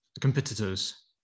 competitors